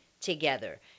together